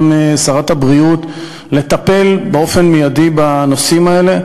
של שרת הבריאות לטפל באופן מיידי בנושאים האלה.